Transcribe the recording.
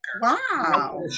Wow